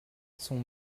son